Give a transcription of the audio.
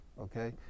okay